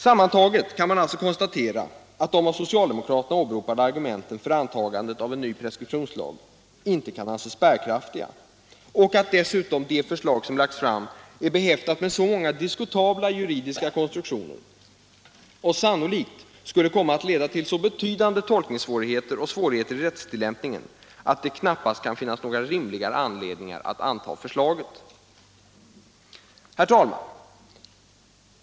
Sammantaget kan man alltså konstatera att de av socialdemokraterna åberopade argumenten för antagandet av en ny preskriptionslag inte kan anses bärkraftiga och att dessutom det förslag som lagts fram är behäftat med så många diskutabla juridiska konstruktioner och sannolikt skulle komma att leda till så betydande tolkningssvårigheter och svårigheter. i rättstillämpningen att det knappast kan finnas några rimliga anledningar att anta förslaget. Herr talman!